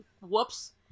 whoops